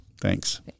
Thanks